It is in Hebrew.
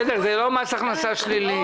בסדר, זה לא מס הכנסה שלילי.